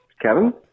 Kevin